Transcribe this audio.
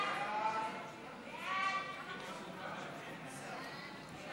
ההצעה להעביר את הצעת חוק התכנון